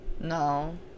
No